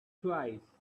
twice